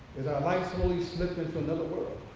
as our lives slowly slipped into another world,